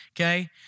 okay